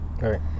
right